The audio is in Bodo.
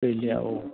गैलिया औ